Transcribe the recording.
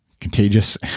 contagious